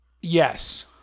Yes